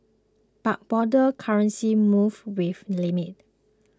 but broader currency moves were limited